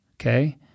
okay